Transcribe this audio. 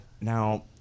now